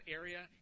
area